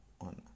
on